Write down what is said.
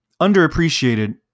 underappreciated